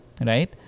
Right